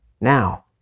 Now